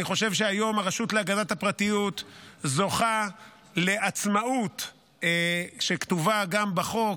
אני חושב שהיום הרשות להגנת הפרטיות זוכה לעצמאות שכתובה גם בחוק,